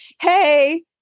Hey